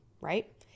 right